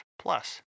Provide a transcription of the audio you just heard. plus